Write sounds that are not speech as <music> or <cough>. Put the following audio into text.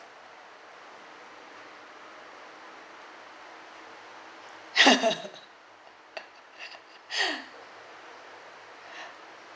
<laughs>